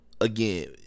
Again